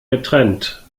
getrennt